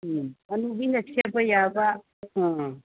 ꯎꯝ ꯍꯅꯨꯕꯤꯅ ꯁꯦꯠꯄ ꯌꯥꯕ ꯑꯥ